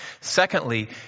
Secondly